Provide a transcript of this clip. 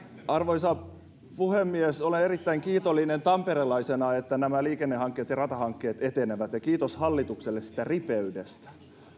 arvoisa puhemies olen erittäin kiitollinen tamperelaisena että nämä liikennehankkeet ja ratahankkeet etenevät ja kiitos hallitukselle siitä ripeydestä